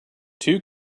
two